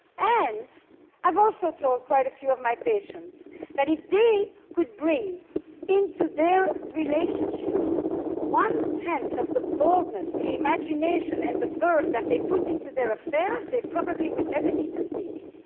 and i've also told quite a few of my patients that if they could bring into their relationships one tenth of the boldness, the imagination and the verve that they put into their affairs, they probably would never need to see me.